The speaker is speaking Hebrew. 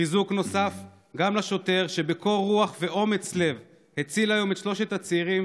חיזוק נוסף גם לשוטר שבקור רוח ואומץ לב הציל היום את שלושת הצעירים